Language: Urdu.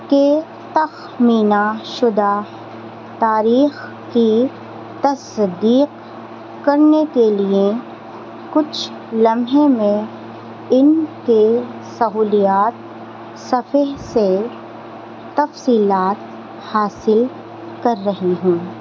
کے تخمینہ شدہ تاریخ کی تصدیق کرنے کے لئے کچھ لمحے میں ان کے سہولیات صفیح سے تفصیلات حاصل کر رہی ہوں